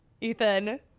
Ethan